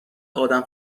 آدم